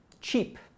Cheap